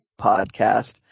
podcast